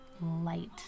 Light